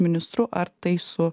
ministru ar tai su